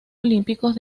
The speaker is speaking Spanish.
olímpicos